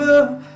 up